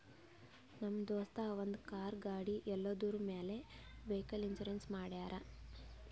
ನಮ್ ದೋಸ್ತ ಅವಂದ್ ಕಾರ್, ಗಾಡಿ ಎಲ್ಲದುರ್ ಮ್ಯಾಲ್ ವೈಕಲ್ ಇನ್ಸೂರೆನ್ಸ್ ಮಾಡ್ಯಾರ್